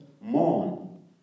mourn